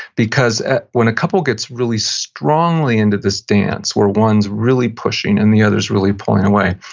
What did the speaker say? because when a couple gets really strongly into this dance where one's really pushing and the other's really pulling away,